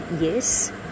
yes